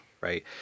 right